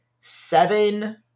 seven